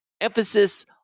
Emphasis